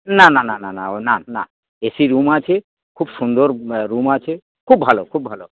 না না না না না ও না না এসি রুম আছে খুব সুন্দর রুম আছে খুব ভালো খুব ভালো